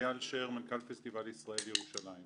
איל שר, מנכ"ל פסטיבל ישראל, ירושלים.